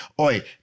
Oi